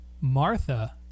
Martha